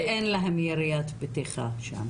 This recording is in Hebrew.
אני